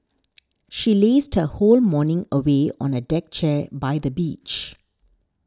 she lazed her whole morning away on a deck chair by the beach